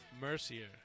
Mercier